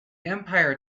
empire